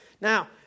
Now